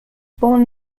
born